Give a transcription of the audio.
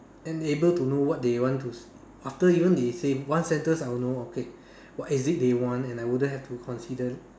and able to know what they want to s~ after even they say one sentence I will know okay what is it they want then I wouldn't have to consider